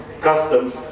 custom